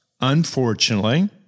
unfortunately